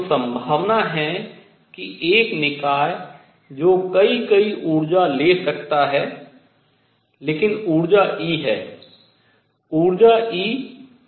तो संभावना है कि एक निकाय जो कई कई ऊर्जा ले सकता है लेकिन ऊर्जा E है